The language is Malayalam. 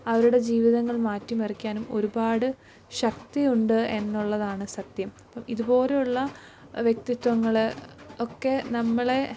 അവരുടെ ജീവിതങ്ങൾ മാറ്റി മറിക്കാനും ഒരുപാട് ശക്തിയുണ്ട് എന്നുള്ളതാണ് സത്യം അപ്പം ഇതുപോലെയുള്ള വ്യക്തിത്വങ്ങൾ ഒക്കെ നമ്മളെ